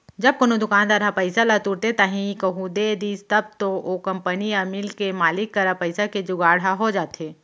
जब कोनो दुकानदार ह पइसा ल तुरते ताही कहूँ दे दिस तब तो ओ कंपनी या मील के मालिक करा पइसा के जुगाड़ ह हो जाथे